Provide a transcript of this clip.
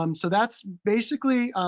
um so that's basically,